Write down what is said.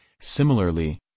Similarly